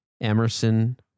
Emerson